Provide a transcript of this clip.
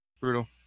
Brutal